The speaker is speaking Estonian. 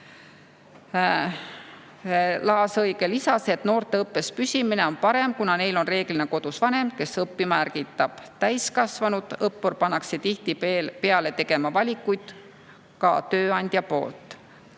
Laasi-Õige lisas, et noorte õppes püsimine on parem, kuna neil on reeglina kodus vanem, kes õppima ärgitab. Täiskasvanud õppur pannakse tihtipeale tegema valikuid ka tööandja poolt.